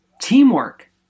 teamwork